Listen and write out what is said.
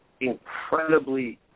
incredibly